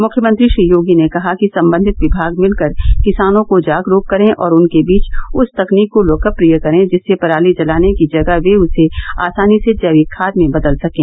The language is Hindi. मुख्यमंत्री श्री योगी ने कहा कि सम्बन्धित विभाग मिलकर किसानों को जागरूक करें और उनके बीच उस तकनीक को लोकप्रिय करें जिससे पराली जलाने की जगह वे उसे आसानी से जैविक खाद में बदल सकें